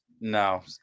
no